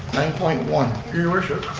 nine point one. your your worship.